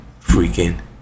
freaking